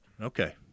Okay